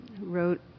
wrote